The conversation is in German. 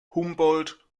humboldt